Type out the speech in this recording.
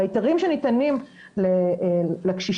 ההתרים שניתנים לקשישים,